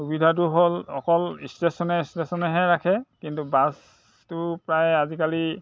সুবিধাটো হ'ল অকল ষ্টেচনে ষ্টেচনেহে ৰাখে কিন্তু বাছটো প্ৰায় আজিকালি